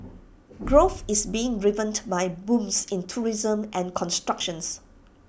growth is being driven by booms in tourism and constructions